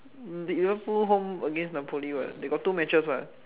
Liverpool home against napoli [what] they got two matches [what]